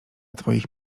twoich